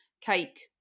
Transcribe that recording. cake